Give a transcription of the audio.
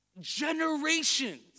Generations